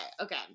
okay